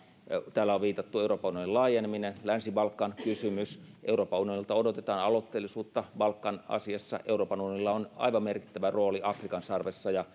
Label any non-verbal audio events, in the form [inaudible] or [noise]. täällä on viitattu euroopan unionin laajenemiseen länsi balkan kysymykseen euroopan unionilta odotetaan aloitteellisuutta balkan asiassa euroopan unionilla on aivan merkittävä rooli afrikan sarvessa ja [unintelligible]